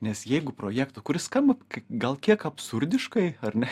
nes jeigu projekto kuris skamba kiek gal kiek absurdiškai ar ne